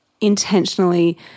intentionally –